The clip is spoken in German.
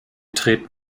treten